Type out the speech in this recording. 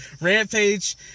Rampage